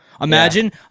imagine